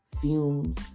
fumes